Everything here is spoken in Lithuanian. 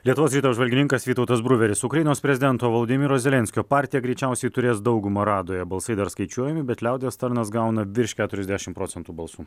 lietuvos ryto apžvalgininkas vytautas bruveris ukrainos prezidento volodymyro zelenskio partija greičiausiai turės daugumą radoje balsai dar skaičiuojami bet liaudies tarnas gauna virš keturiasdešim procentų balsų